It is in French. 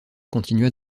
continua